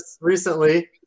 Recently